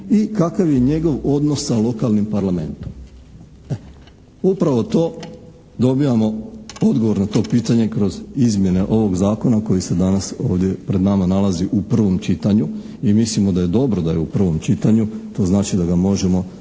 i kakav je njegov odnos sa lokalnim parlamentom. Upravo to dobivamo odgovor na to pitanje kroz izmjene ovog Zakona koji se danas ovdje pred nama nalazi u prvom čitanju i mislimo da je dobro da je u prvom čitanju. To znači da ga možemo za